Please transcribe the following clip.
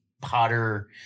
potter